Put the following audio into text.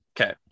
Okay